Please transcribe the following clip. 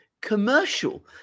commercial